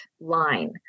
line